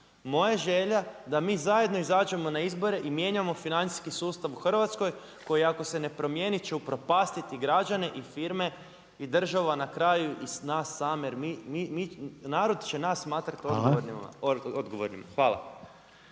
Moja je želja da mi zajedno izađemo na izbore i mijenjamo financijski sustav u Hrvatskoj koji ako se ne promijeni će upropastiti građane i firme i državu na kraju i nas same, jer narod će nas smatrat odgovornima. Hvala.